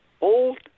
Old